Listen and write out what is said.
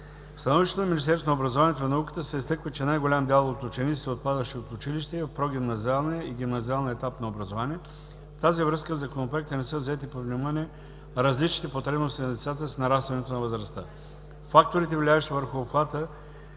становището на Министерството на образованието и науката се изтъква, че най-голям дял от учениците, отпадащи от училище, е в прогимназиалния и гимназиалния етап на образование, в тази връзка в Законопроекта не са взети под внимание различните потребности на децата с нарастването на възрастта. Факторите, влияещи върху обхвата